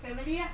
family lah